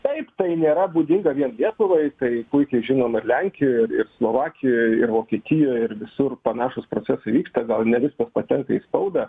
taip tai nėra būdinga vien lietuvai tai puikiai žinom ir lenkijoj ir slovakijoj ir vokietijoj ir visur panašūs procesai vyksta gal ne viskas patenka į spaudą